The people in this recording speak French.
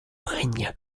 règnent